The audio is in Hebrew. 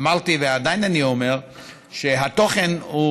אמרתי ועדיין אני אומר שהתוכן הוא